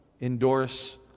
endorse